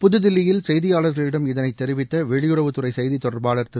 புதுதில்லியில் செய்தியாளர்களிடம் இதனைத் தெரிவித்த வெளியுறவுத்துறை செய்தி தொடர்பாளர் திரு